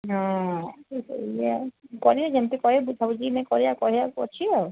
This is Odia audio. ହଁ ଏଇୟା କରିବା ଯେମିତି କହିବେ ବୁଝାବୁଝି ସବୁ ଦିନେ କରିବା କହିବାକୁ ଅଛି ଆଉ